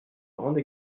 grande